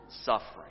suffering